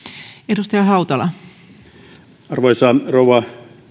arvoisa rouva